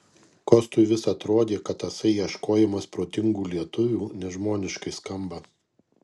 kostui vis atrodė kad tasai ieškojimas protingų lietuvių nežmoniškai skamba